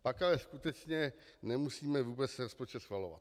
Pak ale skutečně nemusíme vůbec rozpočet schvalovat.